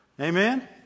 Amen